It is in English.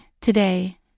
Today